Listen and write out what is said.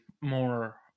more